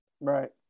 Right